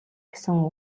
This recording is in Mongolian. гэсэн